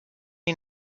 die